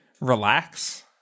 relax